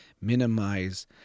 minimize